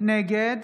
נגד